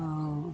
और